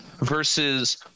Versus